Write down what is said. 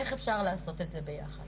איך אפשר לעשות את זה ביחד